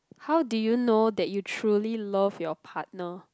how did you know that you truly love your partner